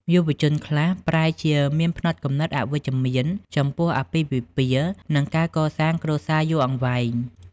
យុវជនខ្លះប្រែជាមានផ្នត់គំនិតអវិជ្ជមានចំពោះអាពាហ៍ពិពាហ៍ និងការកសាងគ្រួសារយូរអង្វែង។